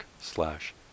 slash